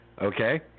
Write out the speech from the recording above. Okay